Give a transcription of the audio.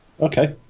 Okay